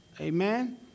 Amen